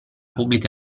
pubblica